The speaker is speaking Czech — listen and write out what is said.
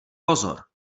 pozor